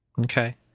Okay